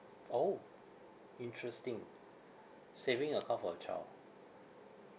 !ow! interesting saving account for the child